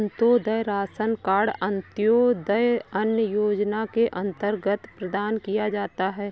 Antyodaya ration card अंत्योदय अन्न योजना के अंतर्गत प्रदान किया जाता है